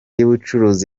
y’ubucuruzi